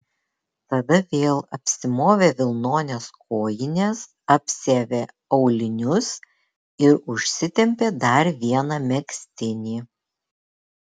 tada vėl apsimovė vilnones kojines apsiavė aulinius ir užsitempė dar vieną megztinį